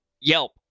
Yelp